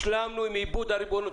השלמנו עם איבוד הריבונות.